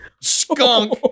skunk